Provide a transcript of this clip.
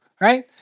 right